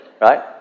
Right